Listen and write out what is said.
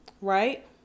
Right